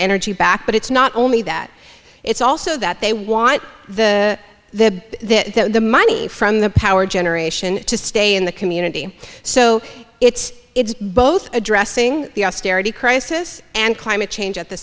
energy back but it's not only that it's also that they want the the money from the power generation to stay in the community so it's it's both addressing the austerity crisis and climate change at the